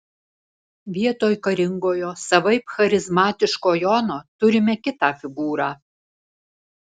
vietoj karingojo savaip charizmatiško jono turime kitą figūrą